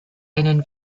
einen